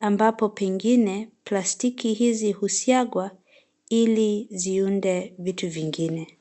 ambapo pengine plastiki hizi husigwa hili ziunde vitu vingine.